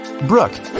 Brooke